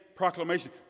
proclamation